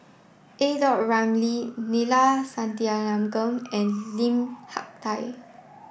either a Ramli Neila Sathyalingam and Lim Hak Tai